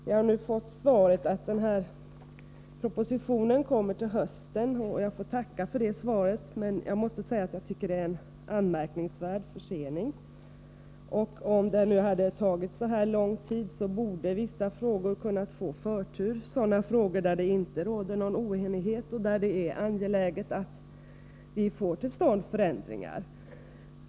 Jag har nu fått svaret att denna proposition kommer till hösten, och jag får tacka för det svaret. Men jag måste säga att det är en anmärkningsvärd försening. När det nu har tagit så här lång tid borde vissa frågor fått förtur — sådana frågor som det inte råder någon oenighet om och där det är angeläget att vi får till stånd förändringar.